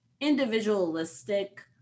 individualistic